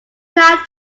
not